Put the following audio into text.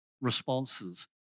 Responses